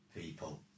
people